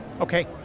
Okay